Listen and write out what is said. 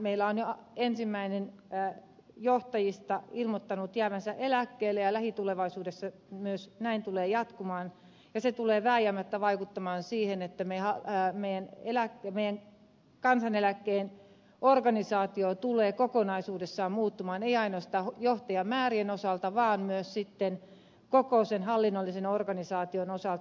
meillä on jo ensimmäinen johtajista ilmoittanut jäävänsä eläkkeelle ja lähitulevaisuudessa myös näin tulee jatkumaan ja se tulee vääjäämättä vaikuttamaan siihen että kansaneläkelaitoksen organisaatio tulee kokonaisuudessaan muuttumaan ei ainoastaan johtajamäärien osalta vaan myös sitten koko sen hallinnollisen organisaation osalta